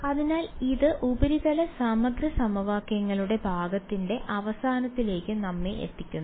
അതിനാൽ അത് ഉപരിതല സമഗ്ര സമവാക്യങ്ങളുടെ ഭാഗത്തിന്റെ അവസാനത്തിലേക്ക് നമ്മെ എത്തിക്കുന്നു